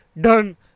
done